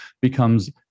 becomes